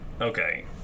Okay